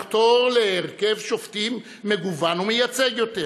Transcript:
לחתור להרכב שופטים מגוון ומייצג יותר,